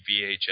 VHS